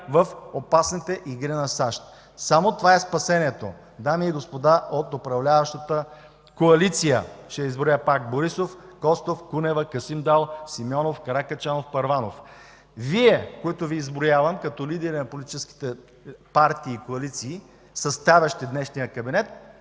в опасните игри на САЩ! Само това е спасението, дами и господа от управляващата коалиция, ще изброя пак: Борисов – Костов – Кунева – Касим Дал – Симеонов – Каракачанов – Първанов. Вие, които Ви изброявам, като лидери на политическите партии и коалиции, съставящи днешния кабинет,